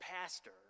pastor